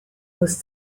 was